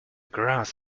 grass